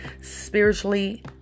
spiritually